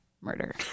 murder